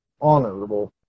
honorable